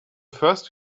first